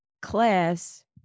class